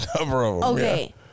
Okay